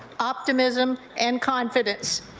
optimism and confidence,